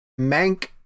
Mank